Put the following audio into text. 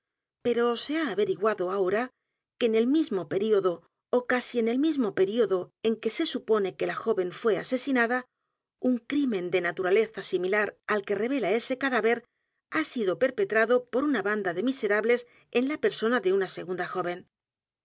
pero se ha averiguado ahora que en el mismoperíodo ó casi en el mismo período en que se supone que la joven fué asesinada un crimen de naturaleza similar al que revela ese cadáver ha sido p e r p e t r a d o por una banda de miserables en la persona de u n a segunda joven